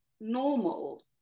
normal